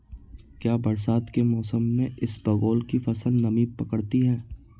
क्या बरसात के मौसम में इसबगोल की फसल नमी पकड़ती है?